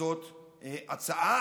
כזאת הצעה.